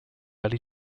early